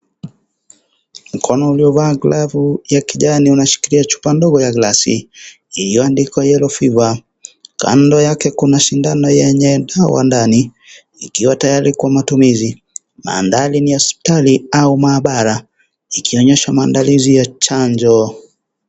Mkono uliovaa glavu ya kijani unashikilia chupa ndogo ya glasi. Hiyo ndiko Yellow Fever . Kando yake kuna sindano yenye dawa ndani, ikiwa tayari kwa matumizi. Maandhari ni ya hospitali au maabara ikionyesha maandalizi ya chanjo.